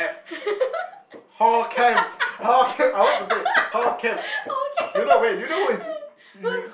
okay who